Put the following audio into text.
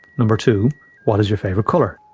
number? two what is your favourite colour?